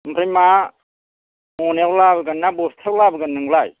ओमफ्राय मा मनायाव लाबोगोन ना बस्थायाव लाबोगोन नोंलाय